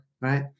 right